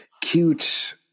cute –